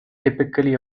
typically